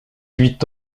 huit